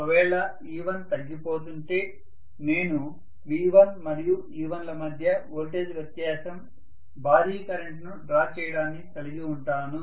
ఒకవేళ e1 తగ్గిపోతుంటే నేను V1 మరియు e1 ల మధ్య వోల్టేజ్ వ్యత్యాసం భారీ కరెంట్ను గ్రహించడాన్ని కలిగి వుంటాను